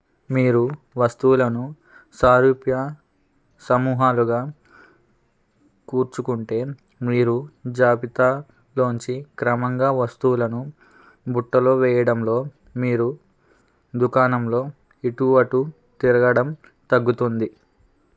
మీరు వస్తువులను సారూప్య సమూహాలుగా కూర్చుకుంటే మీరు జాబితాలోంచి క్రమంగా వస్తువులను బుట్టలో వెయ్యడంలో మీరు దుకాణంలో ఇటు అటు తిరగడం తగ్గుతుంది